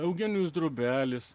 eugenijus drobelis